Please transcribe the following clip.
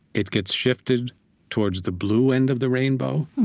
it gets shifted towards the blue end of the rainbow.